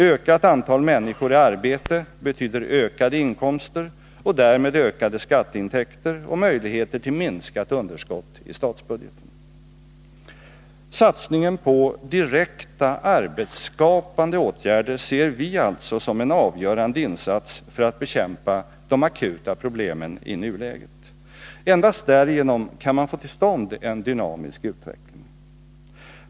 Ökat antal människor i arbete betyder ökade inkomster och därmed ökade skatteintäkter och möjligheter till minskat underskott i statsbudgeten. Satsningen på direkta arbetsskapande åtgärder ser vi alltså som en avgörande insats för att bekämpa de akuta problemen i nuläget. Endast därigenom kan man få till stånd en dynamisk utveckling.